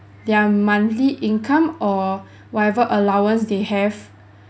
their monthly income or whatever allowance they have